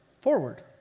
forward